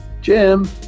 Jim